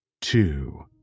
two